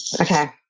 Okay